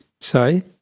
Sorry